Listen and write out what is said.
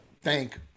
thank